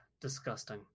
Disgusting